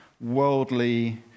worldly